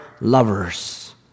lovers